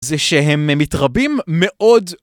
זה שהם מתרבים מאוד